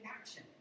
action